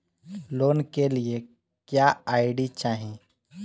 Loan के लिए क्या आई.डी चाही?